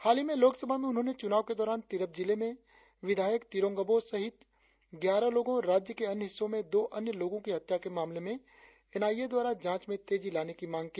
हालहीं में लोकसभा में उन्होंने चुनाव के दौरान तिरप जिले में विधायक तिरोंह अबोह सहित ग्यारह लोगों और राज्य के अन्य हिस्सों में दो अन्य लोगों की हत्या के मामले में एन आई ए द्वारा जांच में तेजी लाने की मांग की